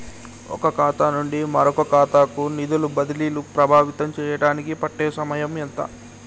ఒక ఖాతా నుండి మరొక ఖాతా కు నిధులు బదిలీలు ప్రభావితం చేయటానికి పట్టే సమయం ఎంత?